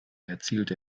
erzielt